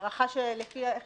שלפי איך